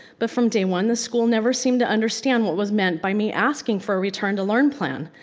but from day one the school never seem to understand what was meant by me asking for return to learn plan.